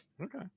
Okay